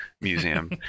museum